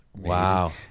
Wow